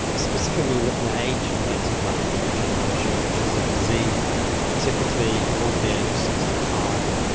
specifically looking at age related macular degeneration, which is a disease typically over the age of sixty five,